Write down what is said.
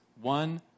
one